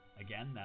Again